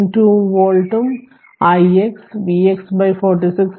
92 വോൾട്ടും ix Vx 46